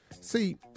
See